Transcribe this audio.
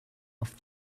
off